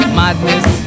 madness